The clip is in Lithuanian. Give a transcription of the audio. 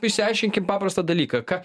išsiaiškinkim paprastą dalyką ką